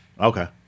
Okay